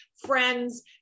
friends